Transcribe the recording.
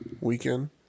weekend